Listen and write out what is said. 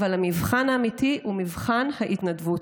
אבל המבחן האמיתי הוא מבחן ההתנדבות,